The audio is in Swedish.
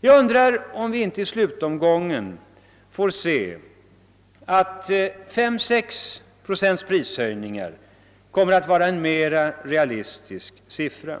Jag undrar om vi inte i slutomgången kommer att finna att 5—6 procents prishöjning hade varit en mera realistisk siffra.